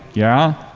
yeah?